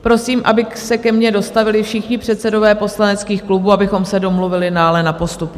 Prosím, aby se ke mně dostavili všichni předsedové poslaneckých klubů, abychom se domluvili na dalším postupu.